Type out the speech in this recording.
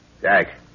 Jack